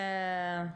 של בתי הספר,